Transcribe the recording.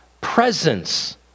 presence